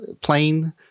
plane